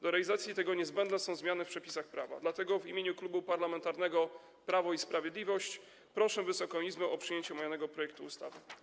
Do realizacji tego niezbędne są zmiany w przepisach prawa, dlatego w imieniu Klubu Parlamentarnego Prawo i Sprawiedliwość proszę Wysoką Izbę o przyjęcie omawianego projektu ustawy.